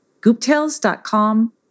gooptales.com